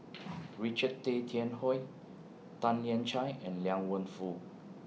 Richard Tay Tian Hoe Tan Lian Chye and Liang Wenfu